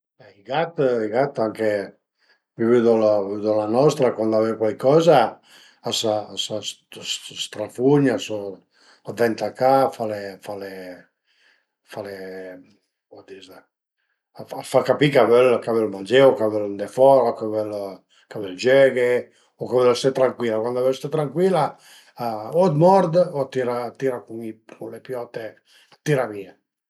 I gat i gat anche vëdu la nostra cuand a völ cuaicoza a së strafugna, a të ven tacà, a fa le a fa le a fa le cum a s'dis, a të fa capì ch'a völ mangé o ch'a völ andé fora o ch'a völ giöghe o chìa völ ste trancuila, cuand a völ ste trancuila o a të mord o a tira a tira cun le piote, a tira vìa